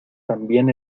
también